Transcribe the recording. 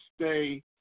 Stay